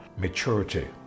maturity